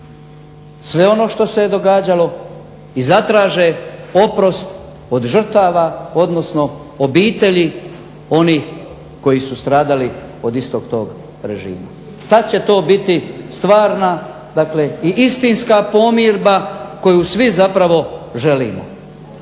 sve ono što se događalo i zatraže oprost od žrtava odnosno obitelji onih koji su stradali od istog tog režima. Tad će to biti stvarna i istinska pomirba koju svi zapravo želimo.